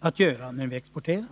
att göra när vi exporterar.